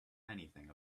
anything